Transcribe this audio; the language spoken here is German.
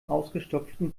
ausgestopften